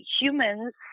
humans